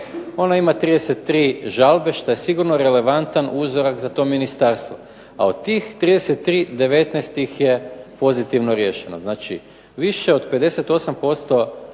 Ono ima 33 žalbe što je sigurno relevantan uzorak za to ministarstvo, a od tih 33 19 ih je pozitivno riješeno, znači više od 58%